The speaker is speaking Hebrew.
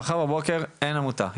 מחר בבוקר אין עמותה,